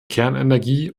kernenergie